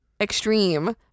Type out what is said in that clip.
extreme